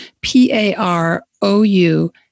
P-A-R-O-U